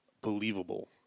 Believable